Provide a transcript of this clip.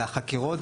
זה החקירות,